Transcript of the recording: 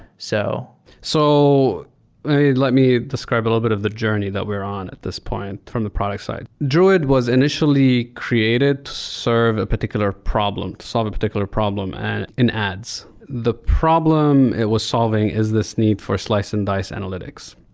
so so let describe a little bit of the journey that we're on at this point from the product side. druid was initially created to serve a particular problem, to solve a particular problem and in ads. the problem it was solving is this need for slice and dice analytics.